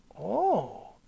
Oh